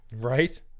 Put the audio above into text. right